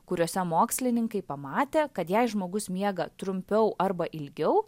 kuriuose mokslininkai pamatė kad jei žmogus miega trumpiau arba ilgiau